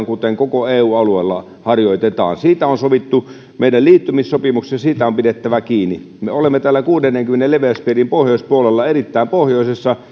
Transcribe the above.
kuten koko eu alueella harjoitetaan siitä on sovittu meidän liittymissopimuksessa ja siitä on pidettävä kiinni me olemme täällä kuudennenkymmenennen leveyspiirin pohjoispuolella erittäin pohjoisessa